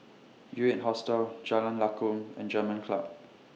U eight Hostel Jalan Lakum and German Club